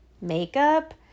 makeup